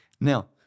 Now